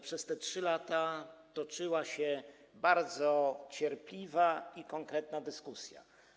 Przez te 3 lata toczyła się bardzo cierpliwa i konkretna dyskusja.